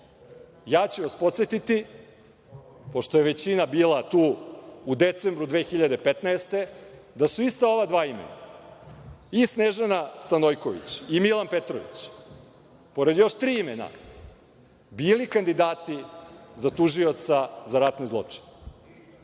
Ja ću vas podsetiti, pošto je većina bila tu u decembru 2015. godine, da su ista ova dva imena, i Snežana Stanojković i Milan Petrović, pored još tri imena, bili kandidati za tužioca za ratne zločine